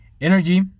energy